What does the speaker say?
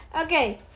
okay